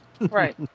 Right